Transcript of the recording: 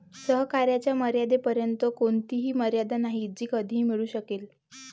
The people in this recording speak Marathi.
सहकार्याच्या मर्यादेपर्यंत कोणतीही मर्यादा नाही जी कधीही मिळू शकेल